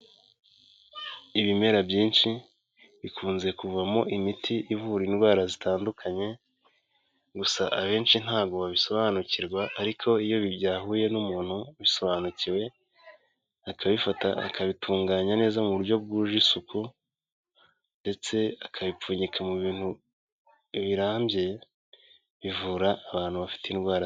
Ibimera byinshi bikunze kuvamo imiti ivura indwara zitandukanye, gusa abenshi ntabwo babisobanukirwa ariko iyo byahuye n'umuntu ubisobanukiwe, akabifata akabitunganya neza mu buryo bwuje isuku ndetse akabipfunyika mu bintu birambye, bivura abantu bafite indwara.